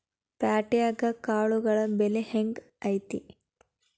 ಪ್ಯಾಟ್ಯಾಗ್ ಕಾಳುಗಳ ಬೆಲೆ ಹೆಂಗ್ ಐತಿ?